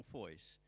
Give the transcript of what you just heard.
voice